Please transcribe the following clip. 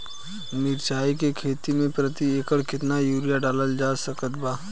मिरचाई के खेती मे प्रति एकड़ केतना यूरिया डालल जा सकत बा?